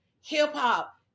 hip-hop